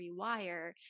rewire